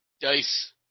dice